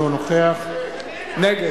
נגד